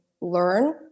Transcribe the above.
learn